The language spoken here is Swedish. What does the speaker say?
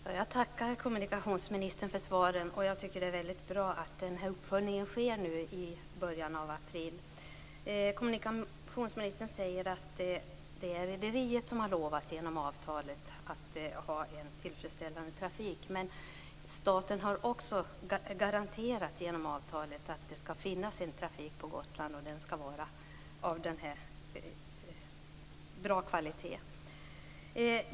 Herr talman! Jag tackar kommunikationsministern för svaren. Jag tycker att det är väldigt bra att uppföljningen nu sker i början av april. Kommunikationsministern säger att det är rederiet som genom avtalet har lovat att ha en tillfredsställande trafik. Men staten har också genom avtalet garanterat att det skall finnas en trafik på Gotland av bra kvalitet.